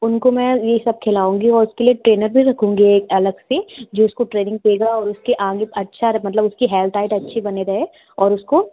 उनको मैं ये सब खिलाऊँगी और उसके लिए ट्रेनर भी रखूँगी एक अलग से जो उसको ट्रेनिंग देगा और उसके आगे अच्छा रहे मतलब उसकी हेल्थ डाइट अच्छी बनी रहे और उसको